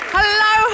Hello